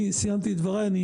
אני סיימתי את דבריי.